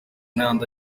n’ayandi